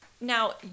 Now